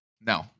No